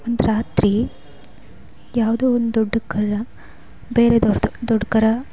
ಒಂದು ರಾತ್ರಿ ಯಾವುದೋ ಒಂದು ದೊಡ್ಡ ಕರು ಬೇರೆದವ್ರದ್ದು ದೊಡ್ಡ ಕರು